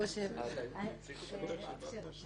אני רוצה לספר לכם משהו.